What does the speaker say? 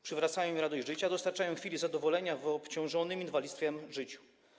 Przywracają im radość życia, dostarczają chwili zadowolenia w obciążonym inwalidztwem życiu.